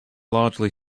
largely